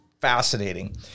fascinating